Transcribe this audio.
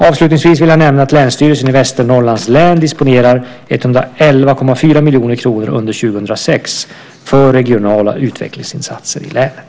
Avslutningsvis vill jag nämna att Länsstyrelsen i Västernorrlands län disponerar 111,4 miljoner kronor under 2006 för regionala utvecklingsinsatser i länet.